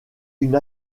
une